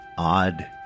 Odd